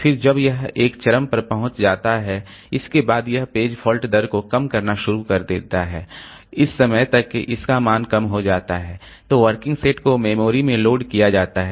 फिर जब यह एक चरम पर पहुँच जाता है इसके बाद यह पेज फॉल्ट दर को कम करना शुरू कर देता है इस समय तक इसका मान कम हो जाता है तो वर्किंग सेट को मेमोरी में लोड किया गया है